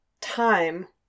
time